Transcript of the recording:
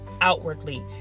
outwardly